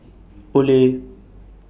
Olay